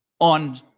On